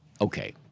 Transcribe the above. Okay